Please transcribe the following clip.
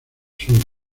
sur